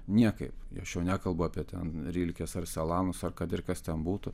niekaip aš jau nekalbu apie ten rilkės ar selanos ar kad ir kas ten būtų